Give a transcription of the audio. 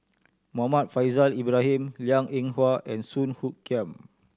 Muhammad Faishal Ibrahim Liang Eng Hwa and Song Hoot Kiam